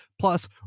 Plus